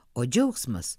o džiaugsmas